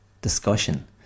discussion